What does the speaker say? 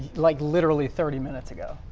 like literally thirty minutes ago.